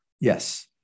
yes